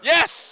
Yes